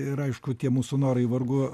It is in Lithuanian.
ir aišku tie mūsų norai vargu